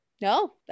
No